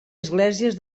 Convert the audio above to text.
esglésies